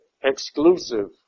exclusive